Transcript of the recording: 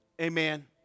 Amen